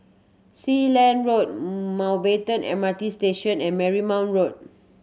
Sealand Road Mountbatten M R T Station and Marymount Road